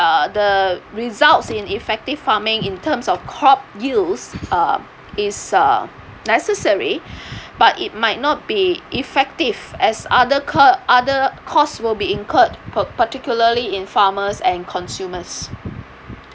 uh the results in effective farming in terms of crop use uh is uh necessary but it might not be effective as other c~ other costs will be incurred per particularly in farmers and consumers